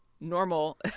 normal